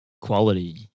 Quality